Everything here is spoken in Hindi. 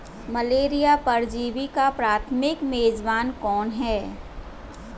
मलेरिया परजीवी का प्राथमिक मेजबान कौन है?